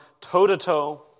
toe-to-toe